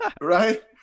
Right